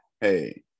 Hey